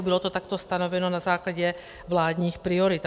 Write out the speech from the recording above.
Bylo to takto stanoveno na základě vládních priorit.